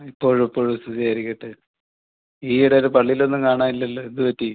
ഇപ്പോഴും എപ്പോഴും സ്തുതിയായിരിക്കട്ടെ ഈയിടെയായിട്ട് പള്ളീലൊന്നും കാണാനില്ലല്ലോ എന്ത് പറ്റി